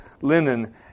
linen